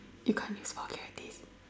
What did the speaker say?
you can't use vulgarities